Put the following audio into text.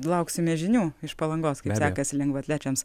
lauksime žinių iš palangos kaip sekasi lengvaatlečiams